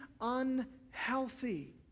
unhealthy